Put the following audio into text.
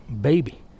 baby